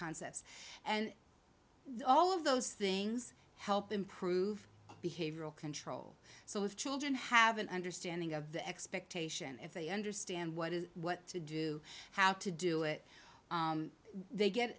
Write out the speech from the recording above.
concepts and all of those things help improve behavioral control so if children have an understanding of the expectation if they understand what is what to do how to do it they get